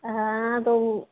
हाँ तो वह